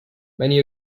many